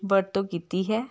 ਵਰਤੋਂ ਕੀਤੀ ਹੈ